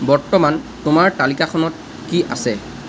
বৰ্তমান তোমাৰ তালিকাখনত কি আছে